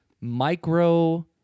micro